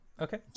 Okay